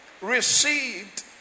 received